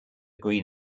green